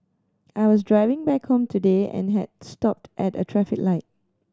I was driving back home today and had stopped at a traffic light